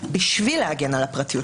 בשביל להגן על הפרטיות.